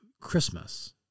Christmas